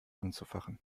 anzufachen